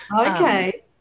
okay